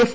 F